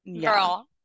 girl